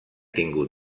tingut